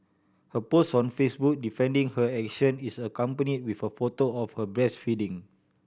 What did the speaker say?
her post on Facebook defending her action is accompany with a photo of her breastfeeding